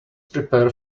prepare